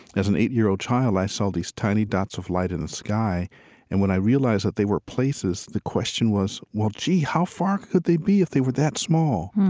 as an eight-year-old child, i saw these tiny dots of light in the sky and when i realized that they were places, the question was, well, gee, how far could they be if they were that small?